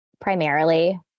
primarily